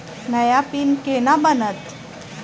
नया पिन केना बनत?